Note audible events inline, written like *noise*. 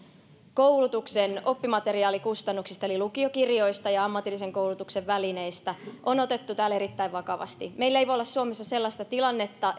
koulutuksen oppimateriaalikustannuksista eli lukiokirjoista ja ammatillisen koulutuksen välineistä on otettu täällä erittäin vakavasti meillä ei voi olla suomessa sellaista tilannetta *unintelligible*